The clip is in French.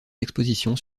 expositions